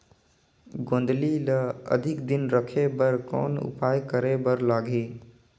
गोंदली ल अधिक दिन राखे बर कौन उपाय करे बर लगही?